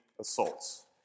assaults